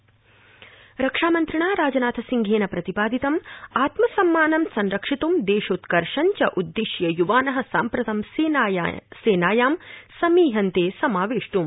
राजनाथसिंह रक्षामन्त्रिणा राजनाथसिंहेन प्रतिपादितम् आत्मसम्मानं संरक्षित्ं देशोत्कर्षं च उद्श्य युवान साम्प्रतं सेनायां समीहन्ते समावेष्ट्म्